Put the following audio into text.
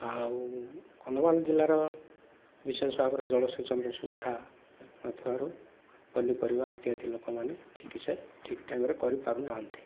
ଆଉ କନ୍ଧମାଳ ଜିଲ୍ଲାର ବିଶେଷ ଭାବରେ ଜଳସେଚନର ସୁବିଧା ହେଉଥିବାରୁ ପନିପରିବା ଇତ୍ୟାଦି ଲୋକମାନେ ଠିକସେ ଠିକ୍ ଟାଇମରେ କରିପାରୁନାହାନ୍ତି